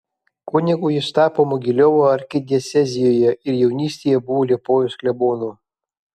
kunigu jis tapo mogiliovo arkidiecezijoje ir jaunystėje buvo liepojos klebonu